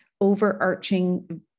overarching